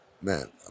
man